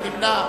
מי נמנע?